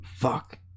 Fuck